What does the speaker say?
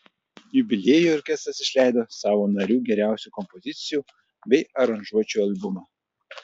jubiliejui orkestras išleido savo narių geriausių kompozicijų bei aranžuočių albumą